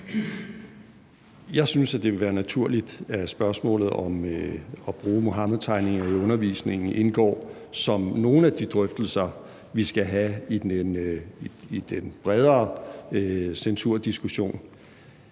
Jeg synes, at det ville være naturligt, at spørgsmålet om at bruge Muhammedtegningerne i undervisningen indgår som nogle af de drøftelser, vi skal have i forbindelse med den bredere censurdiskussion.